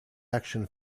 action